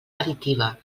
additiva